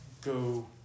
go